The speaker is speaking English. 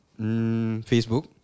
Facebook